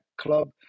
Club